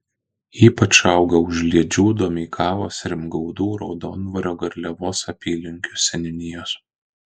ypač auga užliedžių domeikavos ringaudų raudondvario garliavos apylinkių seniūnijos